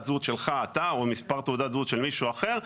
זהות שלך או מספר תעודת זהות של מישהו אחר,